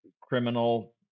criminal